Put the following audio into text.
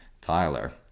tyler